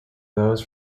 those